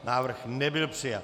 Návrh nebyl přijat.